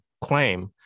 claim